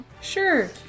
Sure